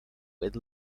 with